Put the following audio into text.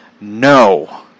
No